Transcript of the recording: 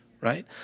right